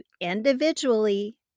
individually